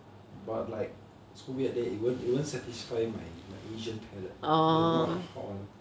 but like so weird leh it won't satisfy my asian palate they are not hot hot [one]